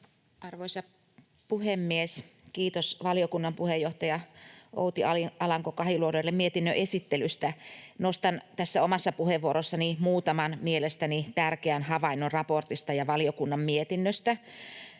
Arvoisa puhemies! Kiitos valiokunnan puheenjohtaja Outi Alanko-Kahiluodolle mietinnön esittelystä. Nostan tässä omassa puheenvuorossani muutaman mielestäni tärkeän havainnon raportista ja valiokunnan mietinnöstä.